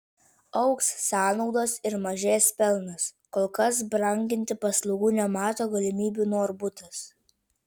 augs sąnaudos ir mažės pelnas kol kas branginti paslaugų nemato galimybių norbutas